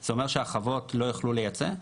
זה אומר שהחוות לא יוכלו לייצא\?